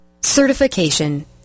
Certification